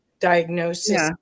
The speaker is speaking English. diagnosis